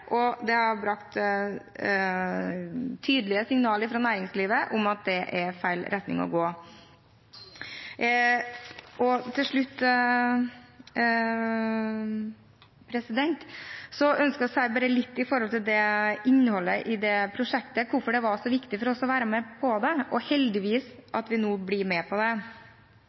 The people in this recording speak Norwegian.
har frambrakt tydelige signaler fra næringslivet om at det er feil retning å gå. Til slutt ønsker jeg å si litt om innholdet i det prosjektet, hvorfor det var så viktig for oss å være med på det. Heldigvis blir vi nå med på det.